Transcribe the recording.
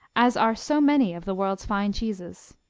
as are so many of the world's fine cheeses.